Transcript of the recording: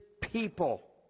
people